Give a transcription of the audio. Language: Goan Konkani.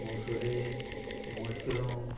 मसुरी मशरूम